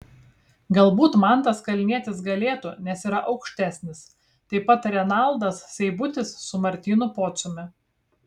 galbūt mantas kalnietis galėtų nes yra aukštesnis taip pat renaldas seibutis su martynu pociumi